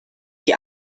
die